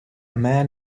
man